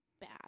bad